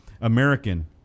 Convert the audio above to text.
American